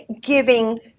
giving